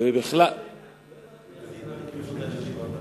לא הבנתי איך זה ימנע את הפרצות האלה.